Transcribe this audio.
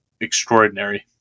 extraordinary